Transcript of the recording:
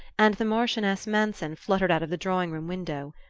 and the marchioness manson fluttered out of the drawing-room window.